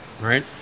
right